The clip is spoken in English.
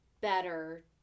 better